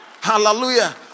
Hallelujah